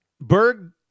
Berg